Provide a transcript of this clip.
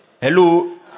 Hello